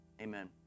amen